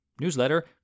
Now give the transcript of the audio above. newsletter